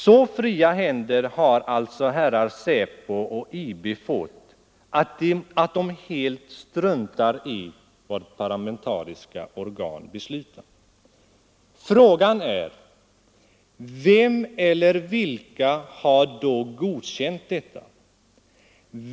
Så fria händer har alltså herrarna i SÄPO och IB fått att de helt struntar i vad parlamentariska organ beslutar. Frågan är: Vem eller vilka har då godkänt detta?